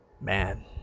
Man